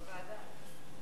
ועדה.